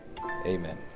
amen